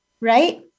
Right